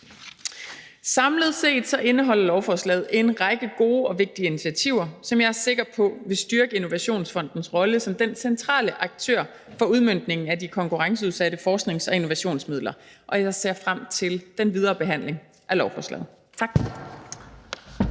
Samlet set indeholder lovforslaget en række gode og vigtige initiativer, som jeg er sikker på vil styrke Innovationsfondens rolle som den centrale aktør for udmøntningen af de konkurrenceudsatte forsknings- og innovationsmidler, og jeg ser frem til den videre behandling af lovforslaget. Tak.